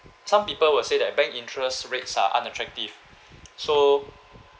some people will say that bank interest rates are unattractive so